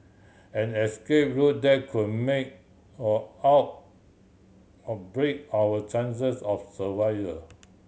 an escape route that could make or out or break our chances of survival